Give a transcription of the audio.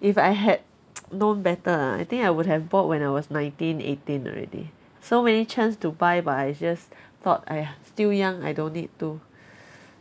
if I had known better ah I think I would have bought when I was nineteen eighteen already so many chance to buy but I just thought !aiya! still young I don't need to